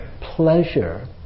pleasure